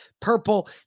purple